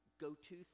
go-to